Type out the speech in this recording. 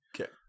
okay